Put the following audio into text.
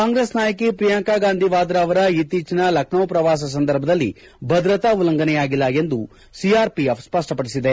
ಕಾಂಗ್ರೆಸ್ ನಾಯಕಿ ಪ್ರಿಯಾಂಕಾ ಗಾಂಧಿ ವಾದ್ರಾ ಅವರ ಇತ್ತೀಚಿನ ಲಖನೌ ಪ್ರವಾಸ ಸಂದರ್ಭದಲ್ಲಿ ಭದ್ರತಾ ಉಲ್ಲಂಘನೆಯಾಗಿಲ್ಲ ಎಂದು ಸಿಆರ್ ಓಎಫ್ ಸ್ಪಷ್ಟಪಡಿಸಿದೆ